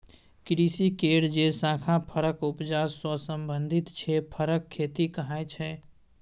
कृषि केर जे शाखा फरक उपजा सँ संबंधित छै फरक खेती कहाइ छै